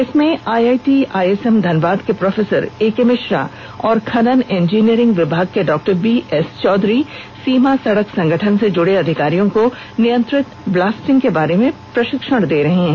इसमें IIT ISM Dhanbad के professor A K Mishra और खनन इंजिनियरिंग विभाग के डॉ बीएस चौधरी सीमा सड़क संगठन से जुड़े अधिकारियों को नियंत्रित ब्लास्टिंग के बारे में प्रषिक्षण दे रहे हैं